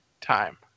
time